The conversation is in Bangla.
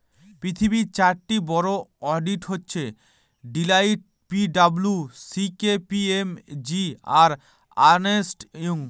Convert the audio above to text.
পৃথিবীর চারটি বড়ো অডিট হচ্ছে Deloitte P W C K P M G আর আর্নেস্ট ইয়ং